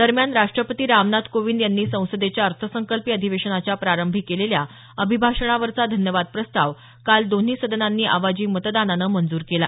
दरम्यान राष्ट्रपती रामनाथ कोविंद यांनी संसदेच्या अर्थसंकल्पीय अधिवेशनाच्या प्रारंभी केलेल्या अभिभाषणावरचा धन्यवाद प्रस्ताव काल दोन्ही सदनांनी आवाजी मतदानांनं मजूर केला